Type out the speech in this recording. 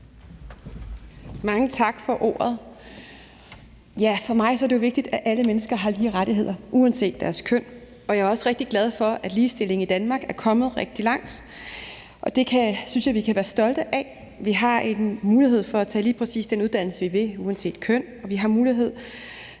Mange tak for ordet. For mig er det jo vigtigt, at alle mennesker har lige rettigheder uanset deres køn, og jeg er også rigtig glad for, at ligestillingen i Danmark er kommet rigtig langt. Det synes jeg vi kan være stolte af. Vi har en mulighed for at tage lige præcis den uddannelse, vi vil, uanset køn, og vi har i høj